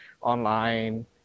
online